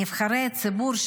נבחרי הציבור,